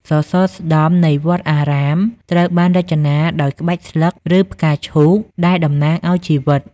សសរស្ដម្ភ នៃវត្តអារាមត្រូវបានរចនាដោយក្បាច់ស្លឹក ឬផ្កាឈូកដែលតំណាងឱ្យជីវិត។